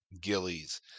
Gillies